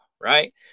Right